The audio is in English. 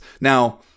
Now